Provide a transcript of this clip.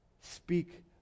speak